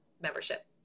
membership